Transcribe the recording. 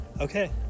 Okay